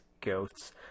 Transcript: goats